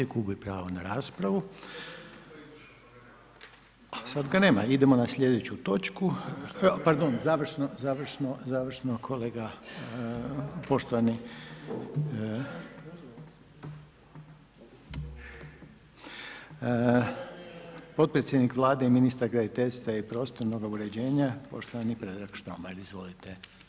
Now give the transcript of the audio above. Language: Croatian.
Gubi pravo na raspravu. … [[Upadica se ne čuje.]] Sad ga nema, idemo na sljedeću točku, pardon, završno kolega, poštovani podpredsjednik Vlade i ministar graditeljstva i prostornog uređenja, poštovani Predrag Štromar, izvolite.